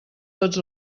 tots